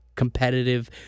Competitive